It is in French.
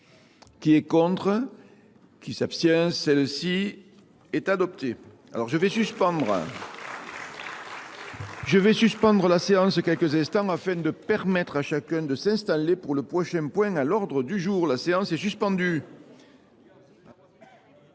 qui est contre, qui s'abstient, celle-ci est adoptée. Alors je vais suspendre la séance quelques instants afin de permettre à chacun de s'installer pour le prochain point à l'ordre du jour. La séance est suspendue.